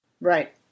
Right